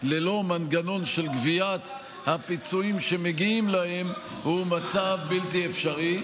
ללא מנגנון של גביית הפיצויים שמגיעים להם הוא מצב בלתי אפשרי,